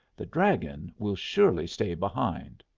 the dragon will surely stay behind.